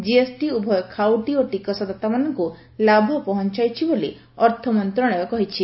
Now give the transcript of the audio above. GST ଉଭୟ ଖାଉଟୀ ଓ ଟିକସଦାତାମାନଙ୍କୁ ଲାଭ ପହଞ୍ଚାଇଛି ବୋଲି ଅର୍ଥମନ୍ତ୍ରଣାଳୟ କହିଛି